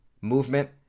movement